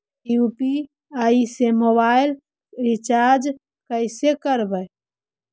UPI से mobile recharge कैसे करबइ?